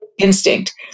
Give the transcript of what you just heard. instinct